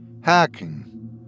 hacking